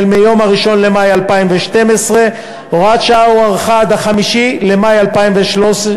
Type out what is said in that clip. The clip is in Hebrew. מיום 1 במאי 2012. הוראת שעה הוארכה עד 5 במאי 2013,